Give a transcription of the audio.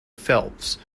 phelps